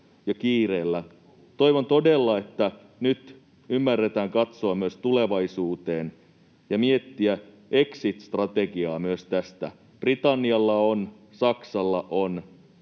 Toivon todella, että nyt ymmärretään myös katsoa tulevaisuuteen ja miettiä exit-strategiaa tästä. Britannialla on, Saksalla on.